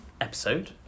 episode